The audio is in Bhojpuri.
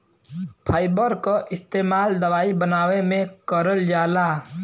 फाइबर क इस्तेमाल दवाई बनावे में करल जाला